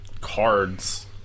cards